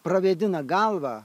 pravėdina galvą